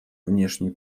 внешней